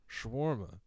shawarma